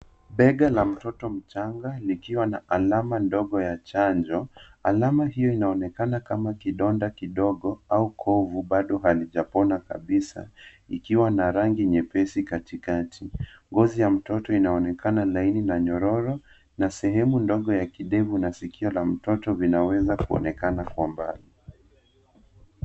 Bega la mtoto mchanga likiwa na alama ndogo ya chanjo. Alama hiyo inaonekana kama kidonda kidogo au kovu bado halijapona kabisa ikiwa na rangi nyepesi katikati. Ngozi inaonekana laini na nyororo na sehemu ndogo ya kidevu na sikio la mtoto vinaweza kuonekana kwa mbali.